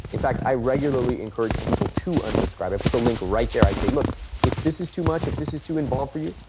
in fact, i regularly encourage to unsubscribe. i put the link right there. i say, look if this is too much. if this is too involved for you,